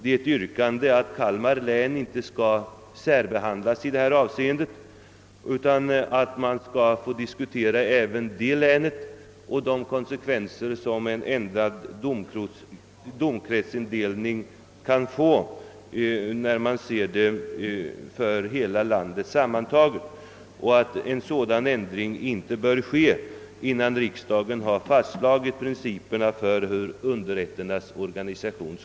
Man önskar bara att Kalmar län inte skall särbehandlas i detta avseende utan att man skall få diskutera även det länet och de konsekvenser som en ändrad domkretsindelning kan få, när man skall bedöma frågan för landet i dess helhet. En sådan ändring som denna bör inte vidtagas innan riksdagen har fastslagit principerna för underrätternas organisation.